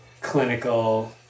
clinical